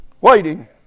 Waiting